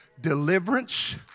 deliverance